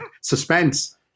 suspense